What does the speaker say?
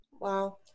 Wow